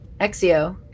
Exio